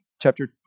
chapter